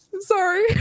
sorry